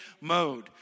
mode